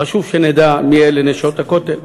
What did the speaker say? חשוב שנדע מי אלה "נשות הכותל";